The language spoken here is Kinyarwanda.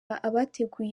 abateguye